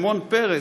שמעון פרס,